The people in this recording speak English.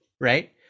Right